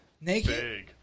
naked